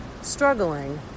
struggling